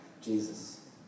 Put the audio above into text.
Jesus